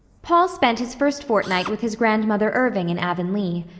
paul spent his first fortnight with his grandmother irving in avonlea.